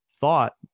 thought